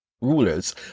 rulers